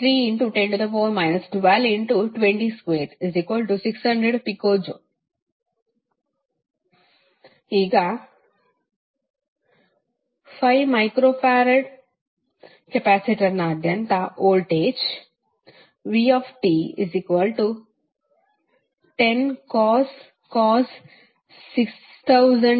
12202600pJ ಈಗ 5μF ಕೆಪಾಸಿಟರ್ನಾದ್ಯಂತ voltage vt10cos 6000t V